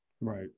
right